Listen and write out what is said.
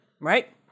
right